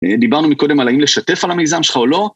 דיברנו מקודם על האם לשתף על המיזם שלך או לא.